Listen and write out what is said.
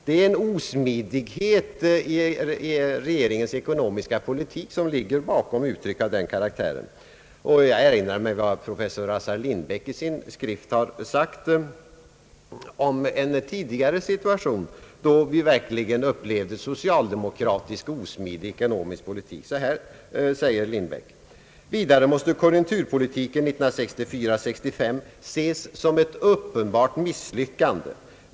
Det är en osmidighet i regeringens ekonomiska politik som ligger bakom uttryck av denna karaktär. Jag erinrar mig vad professor Assar Lindbeck sagt om en tidigare situation, då vi verkligen upplevde en socialdemokratisk osmidig ekonomisk politik. Professor Lindbeck säger följande: »Vidare måste konjunkturpolitiken 1964/65 ses som ett uppenbart misslyckande.